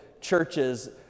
churches